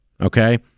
Okay